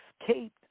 escaped